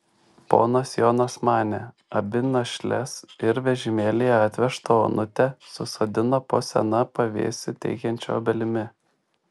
ponas jonas mane abi našles ir vežimėlyje atvežtą onutę susodino po sena pavėsį teikiančia obelimi